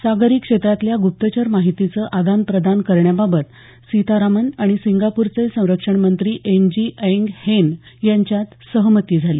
सागरी क्षेत्रातल्या गुप्तचर माहितीचं आदान प्रदान करण्याबाबत सीतारामन आणि सिंगापूरचे संरक्षणमंत्री एनजी ऐंग हेन यांच्यात सहमती झाली